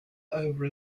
over